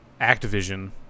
Activision